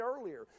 earlier